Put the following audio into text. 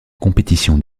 compétition